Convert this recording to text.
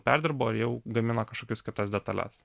perdirbo ir jau gamina kažkokias kitas detales